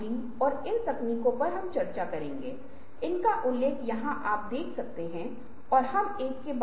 फिर से आप विभिन्न घटकों को अलग कर रहे हैं और यदि आप एक सूची बना रहे हैं तो आप बहुत दिलचस्प विचारों के साथ आ सकते हैं